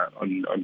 on